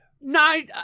night